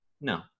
no